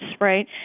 right